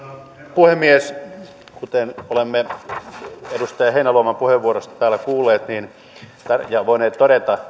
puhemies kuten olemme edustaja heinäluoman puheenvuorosta täällä kuulleet ja voineet todeta